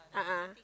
a'ah